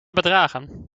bedragen